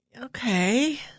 okay